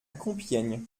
compiègne